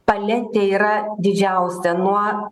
paletė yra didžiausia nuo